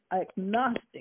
agnostic